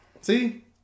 See